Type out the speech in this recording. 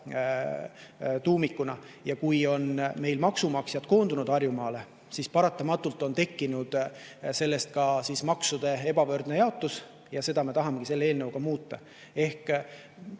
tuumikuna. Ja kui meil on maksumaksjad koondunud Harjumaale, siis paratamatult on tekkinud sellest ka maksu[raha] ebavõrdne jaotus ja seda me tahamegi selle eelnõuga muuta.